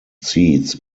seats